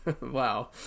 wow